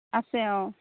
আছে অ